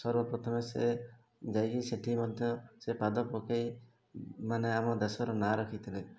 ସର୍ବପ୍ରଥମେ ସେ ଯାଇକି ସେଠି ମଧ୍ୟ ସେ ପାଦ ପକେଇ ମାନେ ଆମ ଦେଶର ନାଁ ରଖିଥିଲେ